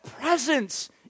presence